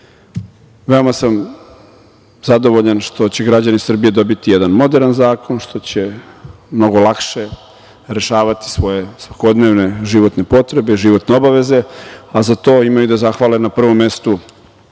Veoma sam zadovoljan što će građani Srbije dobiti jedan moderan zakona, što će mnogo lakše rešavati svoje svakodnevne životne potrebe, životne obaveze, a za to imaju da zahvale na prvom mestu